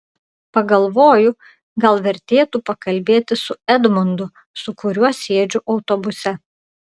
pagalvoju gal vertėtų pakalbėti su edmundu su kuriuo sėdžiu autobuse